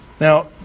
Now